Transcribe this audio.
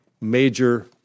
major